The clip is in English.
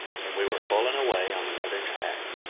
and we were full and away on the other tack.